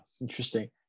Interesting